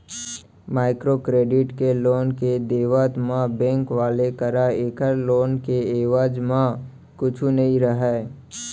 micro credit के loan के देवत म बेंक वाले करा ऐखर लोन के एवेज म कुछु नइ रहय